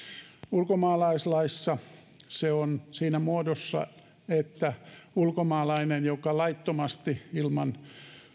ulkomaalaislaissa se on siinä muodossa että ulkomaalainen joka laittomasti ilman